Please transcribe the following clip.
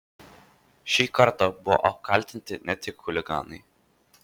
šį kartą buvo apkaltinti ne tik chuliganai